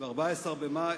15 במאי,